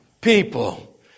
people